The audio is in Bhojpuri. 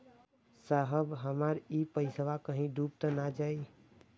साहब हमार इ पइसवा कहि डूब त ना जाई न?